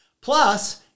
Plus